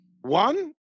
One